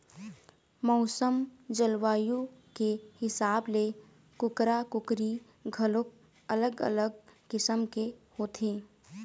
मउसम, जलवायु के हिसाब ले कुकरा, कुकरी घलोक अलग अलग किसम के होथे